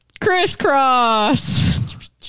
Crisscross